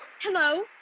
Hello